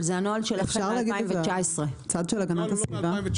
אבל זה הנוהל שלכם מ- 2019. אפשר להגיד את הצד של הגנת הסביבה?